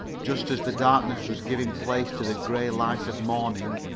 just as the darkness was giving place to the gray light of morning,